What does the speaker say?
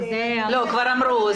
כבר אמרו.